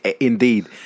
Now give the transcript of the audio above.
Indeed